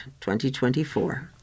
2024